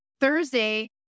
Thursday